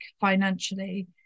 financially